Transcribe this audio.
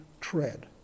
tread